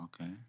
Okay